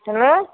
hello